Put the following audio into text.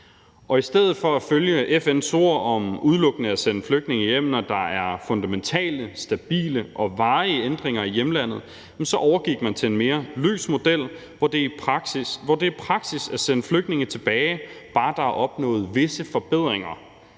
i stedet for at følge FN's ord om udelukkende at sende flygtninge hjem, når der er fundamentale, stabile og varige ændringer i hjemlandet, overgik man til en mere løs model, hvor det er praksis at sende flygtninge tilbage, bare der er opnået visse forbedringer,